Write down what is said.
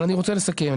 אבל אני רוצה לסכם.